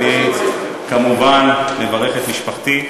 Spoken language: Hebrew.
אני כמובן מברך את משפחתי,